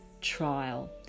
trial